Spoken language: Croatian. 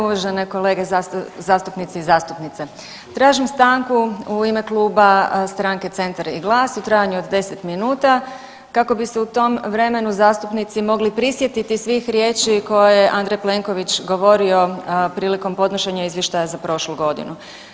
Uvažene kolege zastupnici i zastupnice, tražim stanku u ime Kluba stranke Centar i GLAS u trajanju od 10 minuta kako bi se u tom vremenu zastupnici mogli prisjetiti svih riječi koje je Andrej Plenković govorio priliko podnošenja izvještaja za prošlu godinu.